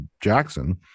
Jackson